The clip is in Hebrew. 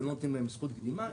ולא נותני להם זכות קדימה.